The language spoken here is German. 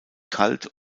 kalt